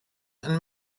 and